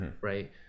right